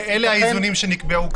12:53) אלה האיזונים שנקבעו.